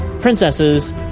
princesses